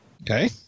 Okay